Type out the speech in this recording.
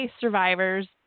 survivors